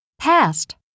Past